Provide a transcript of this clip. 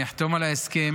אני אחתום על ההסכם